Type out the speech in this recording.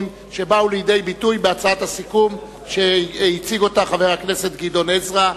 שבאו לידי ביטוי בהצעת הסיכום שהציג חבר הכנסת גדעון עזרא,